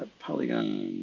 polygon.